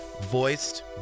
Voiced